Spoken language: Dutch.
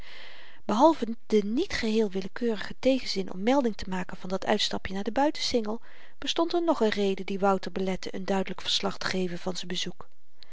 behalve de niet geheel willekeurige tegenzin om melding te maken van dat uitstapje naar den buitensingel bestond er nog n reden die wouter belette n duidelyk verslag te geven van z'n bezoek